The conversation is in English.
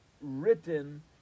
written